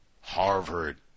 Harvard